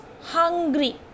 hungry